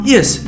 Yes